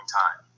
time